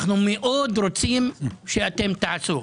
אנחנו מאוד רוצים שאתם תעשו.